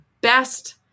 best